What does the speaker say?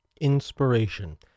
Inspiration